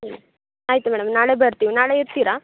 ಹ್ಞೂ ಆಯಿತು ಮೇಡಮ್ ನಾಳೆ ಬರ್ತಿವಿ ನಾಳೆ ಇರ್ತೀರಾ